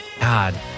God